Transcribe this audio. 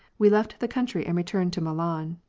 we left the country and returned to milan.